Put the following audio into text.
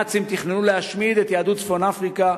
הנאצים תכננו להשמיד את יהדות צפון-אפריקה